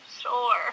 sure